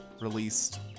released